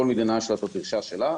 כל מדינה יש לה את הדרישה שלה.